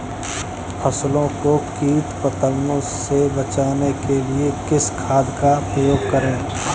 फसलों को कीट पतंगों से बचाने के लिए किस खाद का प्रयोग करें?